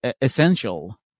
essential